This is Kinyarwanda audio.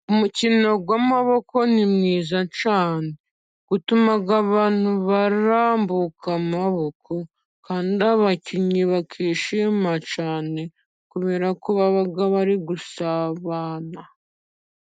Umukino w'amaboko ni mwiza cyane, utuma abantu barambuka amaboko, kandi abakinyi bakishima cyane kubera ko baba bari gusabana.